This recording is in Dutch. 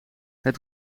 het